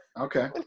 Okay